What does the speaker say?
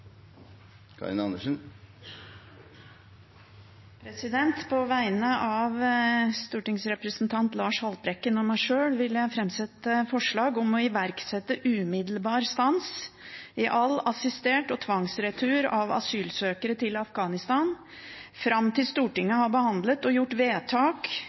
På vegne av stortingsrepresentant Lars Haltbrekken og meg sjøl vil jeg framsette forslag om å iverksette umiddelbar stans i all assistert retur og tvangsretur av asylsøkere til Afghanistan fram til Stortinget har behandlet og gjort vedtak